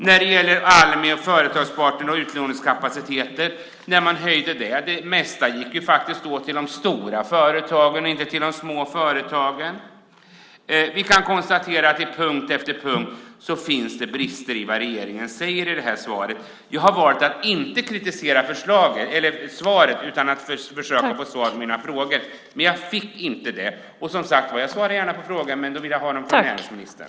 När det gäller Almi Företagspartner och utlåningskapaciteten gick det mesta när man höjde där faktiskt åt till de stora företagen, inte till de små företagen. Vi kan konstatera att det på punkt efter punkt finns brister i det som regeringen säger i det är svaret. Jag har valt att inte kritisera svaret utan att försöka få svar på mina frågor. Det har jag inte fått. Som sagt: Jag svarar gärna på frågor, men då vill jag ha dem från näringsministern.